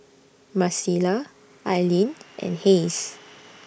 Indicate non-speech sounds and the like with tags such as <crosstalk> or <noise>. Marcela Aileen and Hays <noise>